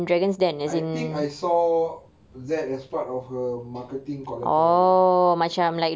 I think I saw that as part of her marketing collateral